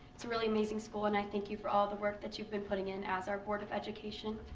it's a really amazing school and i thank you for all the work that you've been putting in as our board of education.